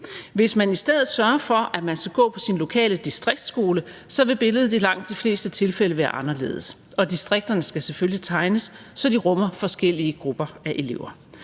Hvis man i stedet sørger for, at man skal gå på sin lokale distriktsskole, vil billedet i langt de fleste tilfælde være anderledes – og distrikterne skal selvfølgelig tegnes, så de rummer forskellige grupper af elever.